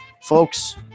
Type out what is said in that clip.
Folks